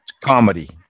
comedy